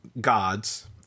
gods